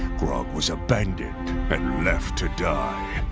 grog was abandoned and left to die.